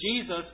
Jesus